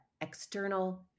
external